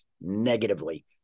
negatively